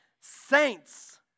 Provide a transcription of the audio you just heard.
saints